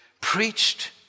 preached